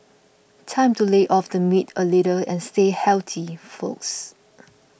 time to lay off the meat a little and stay healthy folks